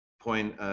point